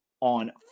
on